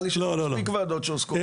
לי שיש מספיק ועדות שעוסקות --- לא לא לא,